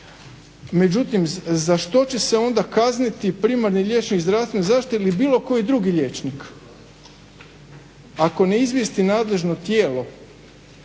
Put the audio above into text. Međutim, za što će se onda kazniti primarni liječnik zdravstvene zaštite ili bilo koji drugi liječnik ako ne izvijesti nadležno tijelo.